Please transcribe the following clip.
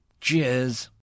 Cheers